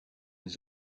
des